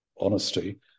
honesty